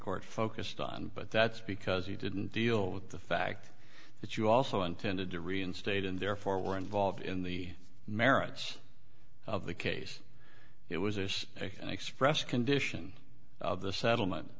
court focused on but that's because he didn't deal with the fact that you also intended to reinstate and therefore were involved in the marriage of the case it was a express condition of the settlement